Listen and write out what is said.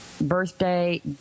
birthday